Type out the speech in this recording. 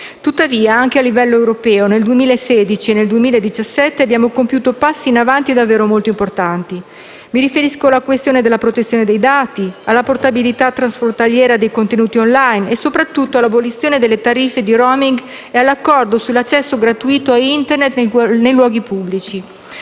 Tuttavia, anche a livello europeo, nel 2016 e nel 2017 abbiamo compiuto passi in avanti davvero molto importanti. Mi riferisco alla questione della protezione dei dati, alla portabilità transfrontaliera dei contenuti *online* e, soprattutto, all'abolizione delle tariffe di *roaming* e all'accordo sull'accesso gratuito a Internet nei luoghi pubblici.